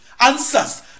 answers